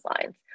lines